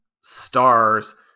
stars